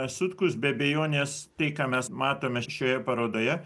sutkus be abejonės tai ką mes matome šioje parodoje